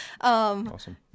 Awesome